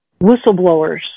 whistleblowers